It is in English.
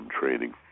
training